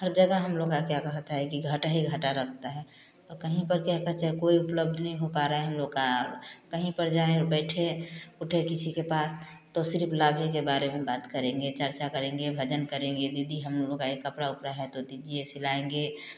हर जगह हम लोग का क्या कहता है कि घाटा ही घाटा रखता है कहीं पर क्या कहते हैं कोई उपलब्ध नहीं हो पा रहा है हम लोग का कहीं पर जाएँ बैठे उठे किसी के पास तो सिर्फ लाभ के बारे में बात करेंगे चर्चा करेंगे भजन करेंगे दीदी हम लोगों का एक कपड़ा उपड़ा है तो दीजिए सिलाएँगे